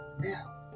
Now